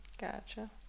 Gotcha